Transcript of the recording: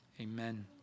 Amen